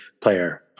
player